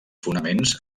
fonaments